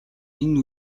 энэ